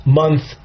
month